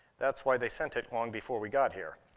that's why they sent it long before we got here.